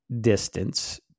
distance